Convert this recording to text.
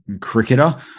cricketer